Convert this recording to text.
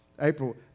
April